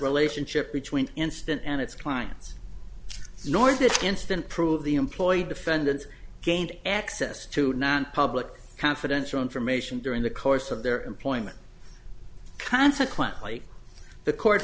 relationship between instant and its clients nor this instant prove the employed defendants gained access to nonpublic confidential information during the course of their employment consequently the court